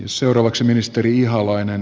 seuraavaksi ministeri ihalainen